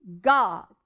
God